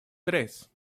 tres